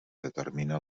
determina